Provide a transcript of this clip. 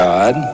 God